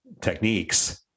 techniques